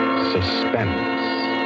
Suspense